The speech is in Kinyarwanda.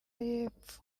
y’epfo